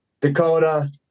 Dakota